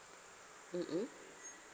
mm mm